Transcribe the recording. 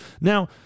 now